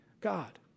God